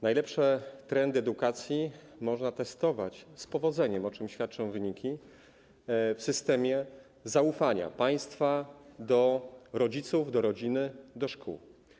Najlepsze trendy edukacji można testować z powodzeniem, o czym świadczą wyniki, w systemie zaufania państwa do rodziców, do rodziny, do szkół.